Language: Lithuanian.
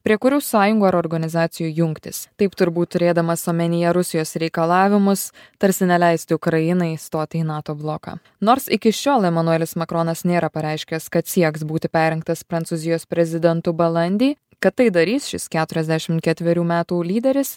prie kurių sąjungų ar organizacijų jungtis taip turbūt turėdamas omenyje rusijos reikalavimus tarsi neleisti ukrainai stoti į nato bloką nors iki šiol emanuelis makronas nėra pareiškęs kad sieks būti perrinktas prancūzijos prezidentu balandį kad tai darys šis keturiasdešim ketverių metų lyderis